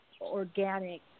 organic